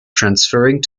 transferring